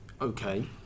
Okay